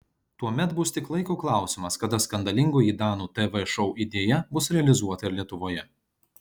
tuomet bus tik laiko klausimas kada skandalingoji danų tv šou idėja bus realizuota ir lietuvoje